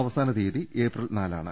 അവസാന തിയ്യതി ഏപ്രിൽ നാലാണ്